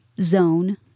zone